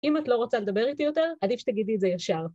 אם את לא רוצה לדבר איתי יותר, עדיף שתגידי את זה ישר.